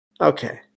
Okay